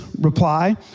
reply